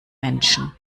menschen